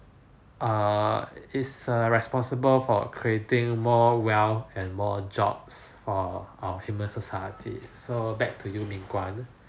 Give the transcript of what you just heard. err is uh responsible for creating more wealth and more jobs for our human society so back to you ming-guan